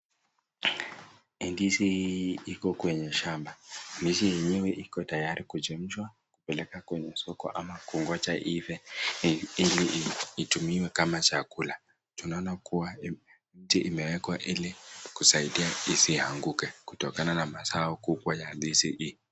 Hii ndizi iko kwenye shamba ndizi yenyewe iko tayari kuchemshwa, kupeleka kwenye soko ama kugonja iive ili itumiwe kama chakula juu naona kuwa hii mti imewekwa ili kusaidia isianguka kutokana na mazao kubwa ya ndizi hii.